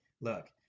look